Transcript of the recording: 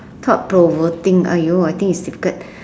thought provoking !aiyo! I think is difficult